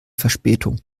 verspätung